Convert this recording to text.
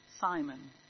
Simon